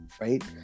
right